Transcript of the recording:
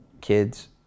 kids